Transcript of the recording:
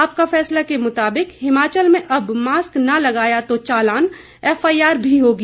आपका फैसला के मुताबिक हिमाचल में अब मास्क न लगाया तो चालान एफआईआर भी होगी